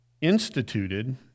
instituted